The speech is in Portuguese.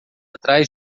atrás